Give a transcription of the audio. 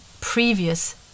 previous